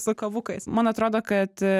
su kavukais man atrodo kad